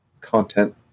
content